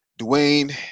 Dwayne